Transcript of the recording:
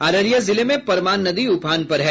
अररिया जिले में परमान नदी उफान पर है